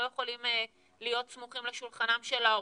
לא יכולים להיות סמוכים על שולחנם של ההורים,